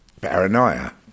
Paranoia